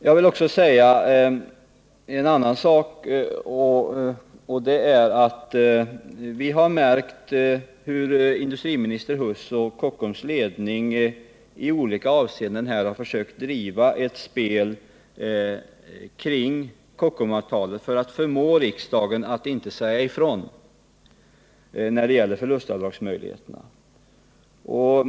Jag vill också säga att vi har märkt hur industriminister Huss och Kockums ledning i olika avseenden försökt driva ett spel kring Kockumsavtalet för att förmå riksdagen att inte säga ifrån beträffande förlustavdragsmöjligheterna.